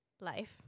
life